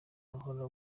babahora